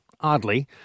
oddly